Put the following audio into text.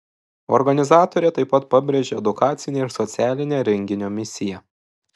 organizatorė taip pat pabrėžia edukacinę ir socialinę renginio misiją